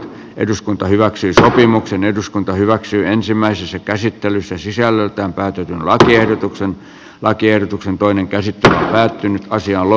eduskunta hyväksyi sopimuksen eduskunta hyväksyi ensimmäisessä käsittelyssä sisällöltään päätetyn lakiehdotuksen lakiehdotuksen toinen käsi tällä asialla